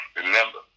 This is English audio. remember